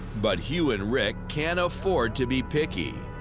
but hugh and rick can't afford to be picky.